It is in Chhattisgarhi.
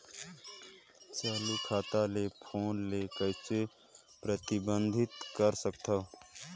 चालू खाता ले फोन ले कइसे प्रतिबंधित कर सकथव?